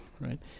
right